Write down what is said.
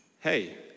hey